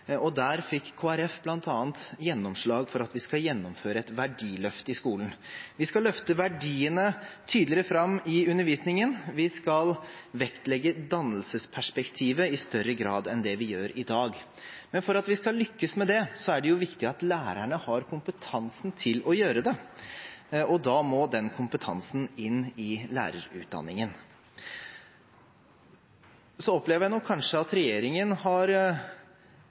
Der fikk Kristelig Folkeparti bl.a. gjennomslag for at vi skal gjennomføre et verdiløft i skolen. Vi skal løfte verdiene tydeligere fram i undervisningen. Vi skal vektlegge dannelsesperspektivet i større grad enn det vi gjør i dag. Men for at vi skal lykkes med det, er det viktig at lærerne har kompetanse til å gjøre det. Da må den kompetansen inn i lærerutdanningen. Så opplever jeg nok kanskje at regjeringen har